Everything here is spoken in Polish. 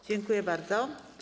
Dziękuję bardzo.